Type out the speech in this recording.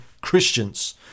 Christians